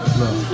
look